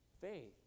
Faith